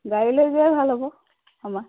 গাড়ী লৈ যোৱাই ভাল হ'ব